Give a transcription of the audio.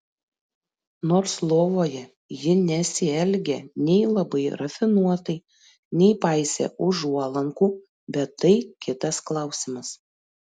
nors lovoje ji nesielgė nei labai rafinuotai nei paisė užuolankų bet tai kitas klausimas